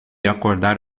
acordar